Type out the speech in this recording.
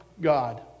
God